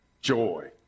Joy